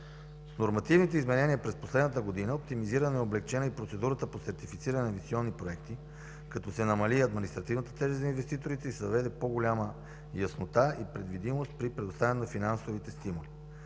С нормативните изменения през последната година е оптимизирана и облекчена и процедурата по сертифициране на инвестиционни проекти, като се намали административната тежест за инвеститорите и се въведе по-голяма яснота и предвидимост при предоставяне на финансовите стимули.